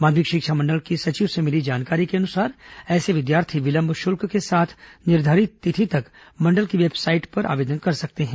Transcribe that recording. माध्यमिक शिक्षा मंडल की सचिव से मिली जानकारी के अनुसार ऐसे विद्यार्थी विलंब शुल्क के साथ निर्धारित तिथि तक मंडल की वेबसाइट में आवेदन कर सकते हैं